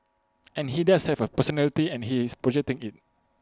and he does have A personality and he is projecting IT